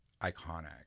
iconic